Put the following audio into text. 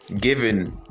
given